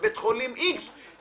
בבית חולים X,